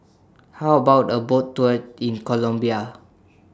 How about A Boat Tour in Colombia